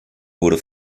wurde